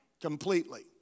completely